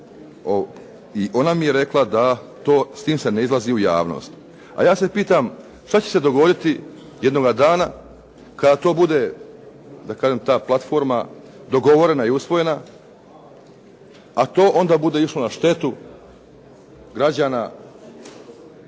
i ona mi je rekla da to, s time se ne izlazi u javnost. A ja se pitam, šta će se dogoditi jednoga dana kada to bude, da kažem ta platforma dogovorena i usvojena, a to onda bude išlo na štetu građana